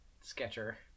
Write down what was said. sketcher